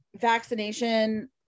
vaccination